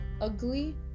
ugly